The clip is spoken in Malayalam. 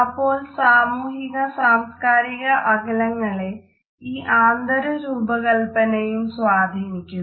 അപ്പോൾ സാമൂഹിക സാംസ്കാരിക അകലങ്ങളെ ഈ ആന്തര രൂപകല്പനയും സ്വാധീനിക്കുന്നു